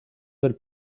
del